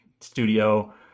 studio